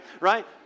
right